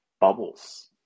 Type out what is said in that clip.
bubbles